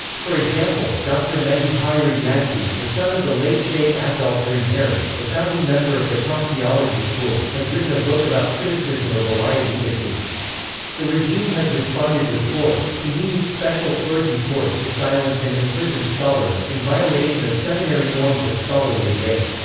for example, dr. mehdi ha'iri yazdi, the son of the late shaykh abdolkarim haeri, the founding member of the qom theology school, has written a book about criticism of velayat-e faqih. the regime has responded with force, convening special clergy courts to silence and imprison scholars, in violation of seminary norms of scholarly debate.